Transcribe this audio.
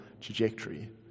trajectory